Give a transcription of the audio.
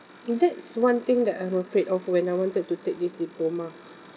that's one thing that I'm afraid of when I wanted to take this diploma